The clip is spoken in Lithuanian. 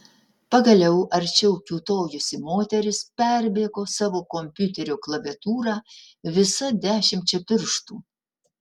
pagaliau arčiau kiūtojusi moteris perbėgo savo kompiuterio klaviatūrą visa dešimčia pirštų